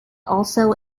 also